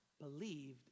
believed